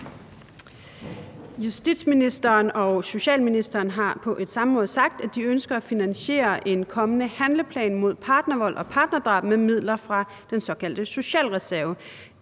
Justitsministeren og socialministeren har på et samråd sagt, at de ønsker at finansiere en kommende handleplan mod partnervold og partnerdrab med midler fra den såkaldte socialreserve,